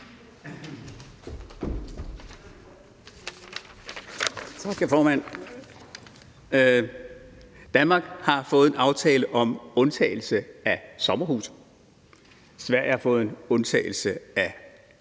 Tak, formand. Danmark har fået en aftale om en undtagelse i forhold til sommerhuse, og Sverige har fået en undtagelse i forhold